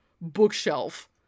bookshelf